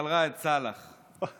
תרגיש פראייר בנאום שלי.